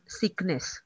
sickness